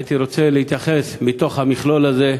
הייתי רוצה להתייחס, מתוך המכלול הזה,